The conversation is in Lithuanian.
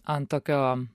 ant tokio